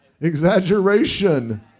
Exaggeration